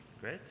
Great